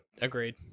Agreed